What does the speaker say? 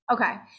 Okay